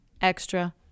extra